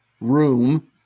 room